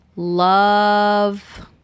Love